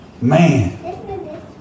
Man